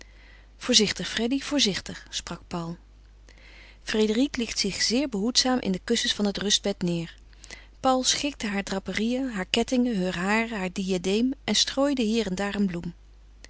voorzichtig freddy voorzichtig sprak paul frédérique liet zich zeer behoedzaam in de kussens van het rustbed neêr paul schikte haar draperieën haar kettingen heur haren haar diadeem en strooide hier en daar een bloem